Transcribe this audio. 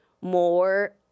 More